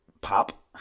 pop